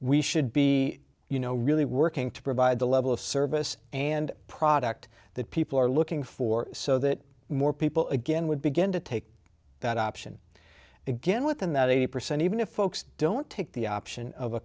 we should be you know really working to provide the level of service and product that people are looking for so that more people again would begin to take that option again within that eighty percent even if folks don't take the option of a